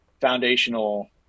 foundational